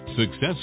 success